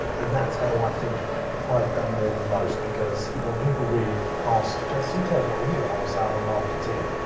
and that's how i think i've done more than most because when people really ask, james sinclair, what are you? and i will say, i'm a marketeer.